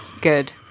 good